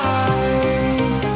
eyes